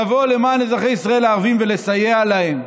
לבוא למען אזרחי ישראל הערבים ולסייע להם,